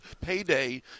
payday